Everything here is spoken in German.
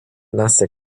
nasse